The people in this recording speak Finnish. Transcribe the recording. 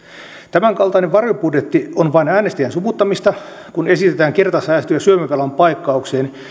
tämänkaltainen varjobudjetti on vain äänestäjien sumuttamista kun esitetään kertasäästöjä syömävelan paikkaukseen